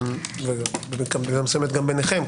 במידה מסוימת גם ביניכם.